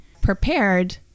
prepared